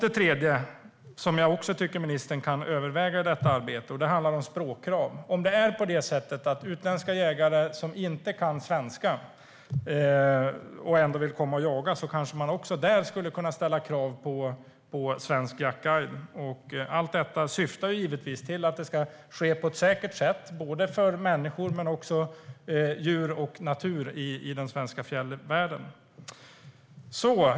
Det tredje som ministern kan överväga att ta in i detta arbete handlar om språkkrav. Man skulle kunna ställa krav på att utländska jägare som inte kan svenska och kommer hit och jagar har svensk jaktguide. Allt detta syftar till att jakten ska ske på ett säkert sätt för människor och för djur och natur i den svenska fjällvärlden.